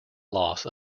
loss